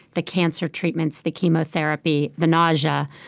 the cancer treatments, the chemotherapy, the nausea,